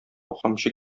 камчы